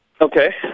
Okay